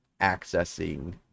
accessing